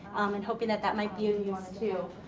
and hoping that that might be of use too.